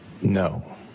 No